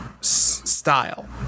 style